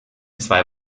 zwei